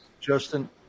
Justin